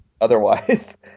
otherwise